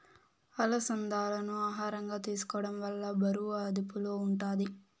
అలసందాలను ఆహారంగా తీసుకోవడం వల్ల బరువు అదుపులో ఉంటాది